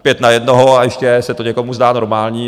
Pět na jednoho, a ještě se to někomu zdá normální.